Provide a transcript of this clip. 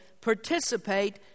participate